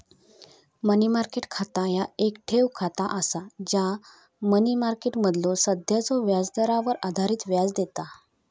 मनी market खाता ह्या येक ठेव खाता असा जा मनी मार्केटमधलो सध्याच्यो व्याजदरावर आधारित व्याज देता